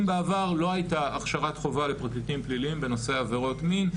אם בעבר לא הייתה הכשרת חובה לפרקליטים פליליים בנושא עבירות מין,